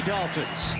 Dolphins